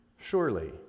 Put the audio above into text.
Surely